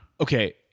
Okay